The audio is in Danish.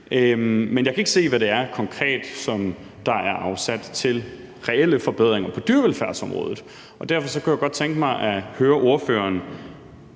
Men jeg kan ikke se, hvad for midler det konkret er, der er afsat til reelle forbedringer på dyrevelfærdsområdet. Derfor kunne jeg godt tænke mig at høre ordføreren,